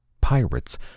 Pirates